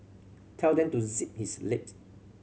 tell to zip his lips